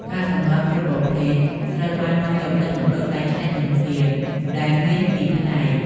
កាកសំណល់គ្រប់ប្រភេទត្រូវបាននាំយកទៅមណ្ឌលកែច្នៃធនធាន ដែលមាន២ផ្នែក ។